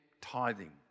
tithing